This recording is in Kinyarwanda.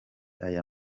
aya